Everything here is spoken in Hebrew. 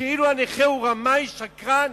כאילו הנכה הוא רמאי, שקרן,